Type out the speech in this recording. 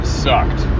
sucked